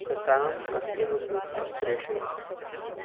कृताम् अन्तिमसूचीं प्रेषय